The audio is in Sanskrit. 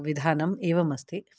विधानम् एवम् अस्ति